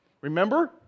Remember